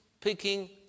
picking